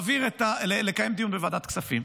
לקיים דיון בוועדת הכספים.